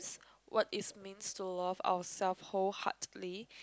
what it means to love ourself wholeheartedly